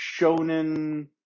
shonen